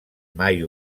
mai